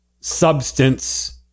substance